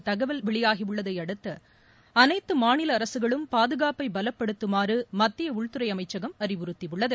நாளை தகவல் வெளியாகியுள்ளதை அடுத்து அனைத்து மாநில அரசுகளும் பாதுகாப்பை பலப்படுத்துமாறு மத்திய உள்துறை அமைச்சகம் அறிவுறுத்தியுள்ளது